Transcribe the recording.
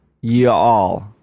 y'all